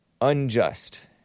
unjust